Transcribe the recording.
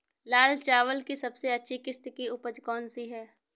लाल चावल की सबसे अच्छी किश्त की उपज कौन सी है?